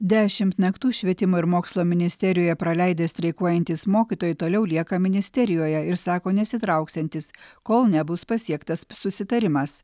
dešimt naktų švietimo ir mokslo ministerijoje praleidę streikuojantys mokytojai toliau lieka ministerijoje ir sako nesitrauksiantys kol nebus pasiektas susitarimas